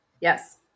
Yes